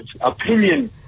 opinion